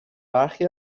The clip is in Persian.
برخی